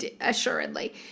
assuredly